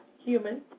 Human